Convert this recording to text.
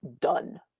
done